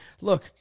Look